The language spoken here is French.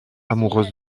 amoureuse